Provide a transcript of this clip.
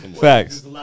Facts